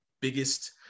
biggest